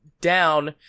down